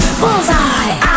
bullseye